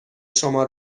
شما